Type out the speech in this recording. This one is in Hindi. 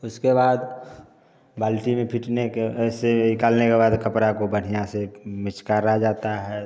उसके बाद बाल्टी में पीटने के ऐसे निकालने के बाद कपड़ा को बढ़िया से मिचकारा जाता है